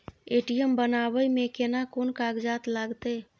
ATM बनाबै मे केना कोन कागजात लागतै?